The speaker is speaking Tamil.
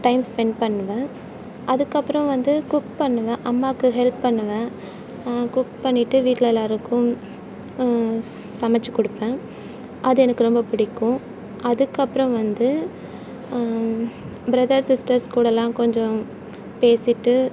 டைம் ஸ்பென்ட் பண்ணுவேன் அதுக்கப்புறோ வந்து குக் பண்ணுவேன் அம்மாக்கு ஹெல்ப் பண்ணுவேன் குக் பண்ணிட்டு வீட்டில் எல்லோருக்கும் சமச்சு கொடுப்பன் அது எனக்கு ரொம்ப பிடிக்கும் அதுக்கப்புறம் வந்து பிரதர்ஸ் சிஸ்டர்ஸ் கூடலாம் கொஞ்ச பேசிகிட்டு